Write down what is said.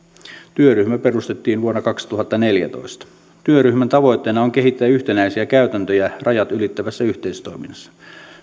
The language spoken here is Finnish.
työryhmä perustettiin vuonna kaksituhattaneljätoista työryhmän tavoitteena on kehittää yhtenäisiä käytäntöjä rajat ylittävässä yhteistoiminnassa